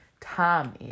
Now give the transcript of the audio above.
time